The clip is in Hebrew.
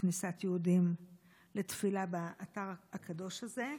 כניסת יהודים לתפילה באתר הקדוש הזה?